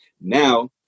Now